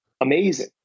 amazing